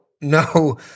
no